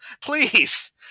Please